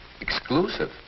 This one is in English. exclusive